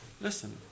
Listen